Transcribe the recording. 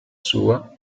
sua